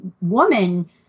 woman